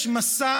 יש מסע